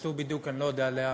שיצאו בדיוק, אני לא יודע לאן.